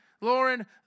Lauren